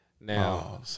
Now